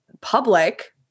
public